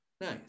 Nice